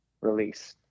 release